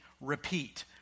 repeat